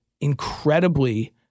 incredibly